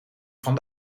van